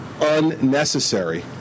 unnecessary